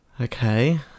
Okay